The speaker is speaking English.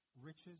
riches